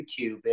YouTube